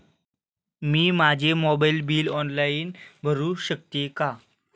मी माझे mobile bill online भरू शकते का?